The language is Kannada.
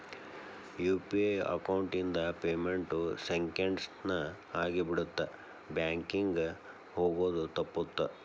ಯು.ಪಿ.ಐ ಅಕೌಂಟ್ ಇಂದ ಪೇಮೆಂಟ್ ಸೆಂಕೆಂಡ್ಸ್ ನ ಆಗಿಬಿಡತ್ತ ಬ್ಯಾಂಕಿಂಗ್ ಹೋಗೋದ್ ತಪ್ಪುತ್ತ